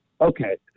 Okay